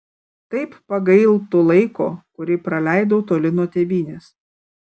kaip pagailtų laiko kurį praleidau toli nuo tėvynės